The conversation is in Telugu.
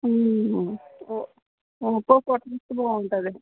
ఒప్పో పోటోస్ బాగుంటుంది